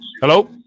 Hello